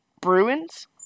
Bruins